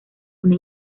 una